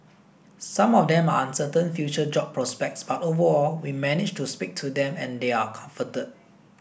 some of them are uncertain future job prospects but overall we managed to speak to them and they are comforted